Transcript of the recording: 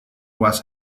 was